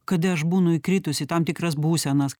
kada aš būnu įkritus į tam tikras būsenas